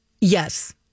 Yes